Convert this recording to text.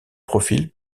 profil